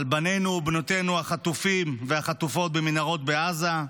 על בנינו ובנותינו החטופים והחטופות במנהרות בעזה,